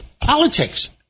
politics